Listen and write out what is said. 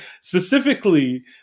specifically